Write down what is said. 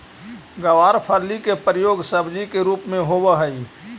गवारफली के प्रयोग सब्जी के रूप में होवऽ हइ